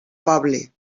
poble